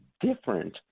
different